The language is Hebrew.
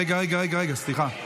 רגע, רגע, סליחה.